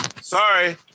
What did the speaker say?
Sorry